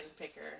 Picker